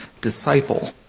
disciple